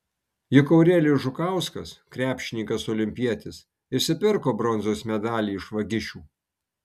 juk eurelijus žukauskas krepšininkas olimpietis išsipirko bronzos medalį iš vagišių